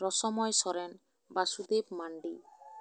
ᱨᱚᱥᱚᱢᱚᱭ ᱥᱚᱨᱮᱱ ᱵᱟ ᱥᱩᱫᱮᱵᱽ ᱢᱟᱱᱰᱤ